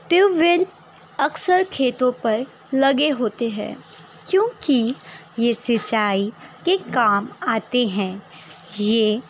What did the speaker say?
tube well اکثر کھیتوں پر لگے ہوتے ہیں کیونکہ یہ سیچائی کے کام آتے ہیں یہ